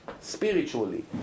Spiritually